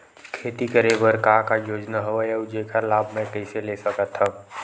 खेती करे बर का का योजना हवय अउ जेखर लाभ मैं कइसे ले सकत हव?